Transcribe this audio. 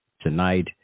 tonight